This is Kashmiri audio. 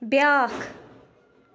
بیٛاکھ